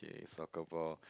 K soccer ball